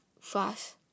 fast